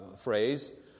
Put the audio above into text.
phrase